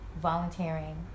volunteering